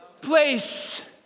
place